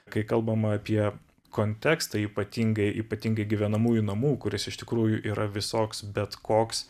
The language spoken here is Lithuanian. kai kalbam apie kontekstą ypatingai ypatingai gyvenamųjų namų kuris iš tikrųjų yra visoks bet koks